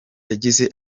yagize